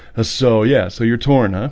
ah so yeah, so you're torn huh?